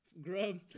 Grub